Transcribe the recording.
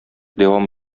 дәвам